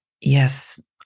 Yes